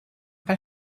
weil